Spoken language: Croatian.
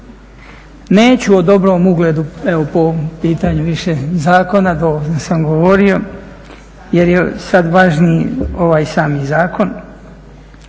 Neću o dobrom ugledu po ovom pitanju više zakona, dovoljno sam govorio jer je sada važniji ovaj sami zakon.